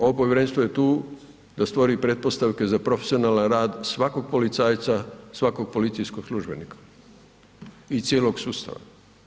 Ovo povjerenstvo je tu da stvori pretpostavke za profesionalan rad svakog policajca, svakog policijskog službenika i cijelog sustava.